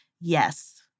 yes